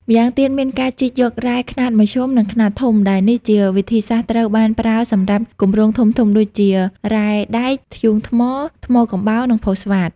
ម្យ៉ាងទៀតមានការជីកយករ៉ែខ្នាតមធ្យម និងខ្នាតធំ ដែលនេះជាវិធីសាស្ត្រត្រូវបានប្រើសម្រាប់គម្រោងធំៗដូចជា រ៉ែដែក ធ្យូងថ្ម ថ្មកំបោរ និងផូស្វាត។